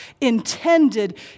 intended